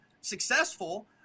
successful